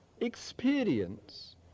experience